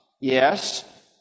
Yes